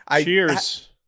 Cheers